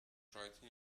writing